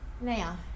Now